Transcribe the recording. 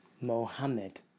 Mohammed